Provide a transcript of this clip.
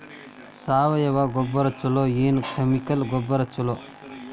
ಸಾವಯವ ಗೊಬ್ಬರ ಛಲೋ ಏನ್ ಕೆಮಿಕಲ್ ಗೊಬ್ಬರ ಛಲೋ?